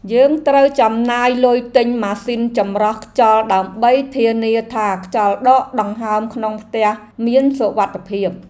យើងត្រូវចំណាយលុយទិញម៉ាស៊ីនចម្រោះខ្យល់ដើម្បីធានាថាខ្យល់ដកដង្ហើមក្នុងផ្ទះមានសុវត្ថិភាព។